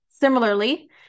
Similarly